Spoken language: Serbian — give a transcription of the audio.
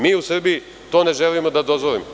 Mi u Srbiji to ne želimo da dozvolimo.